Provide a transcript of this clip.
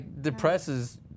depresses